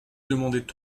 demandait